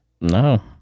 No